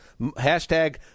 Hashtag